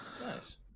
Nice